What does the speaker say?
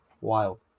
wild